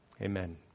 Amen